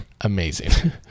amazing